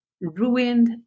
ruined